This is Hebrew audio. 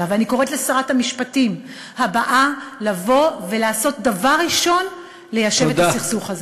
אני קוראת לשרת המשפטים הבאה לבוא ודבר ראשון ליישב את הסכסוך הזה.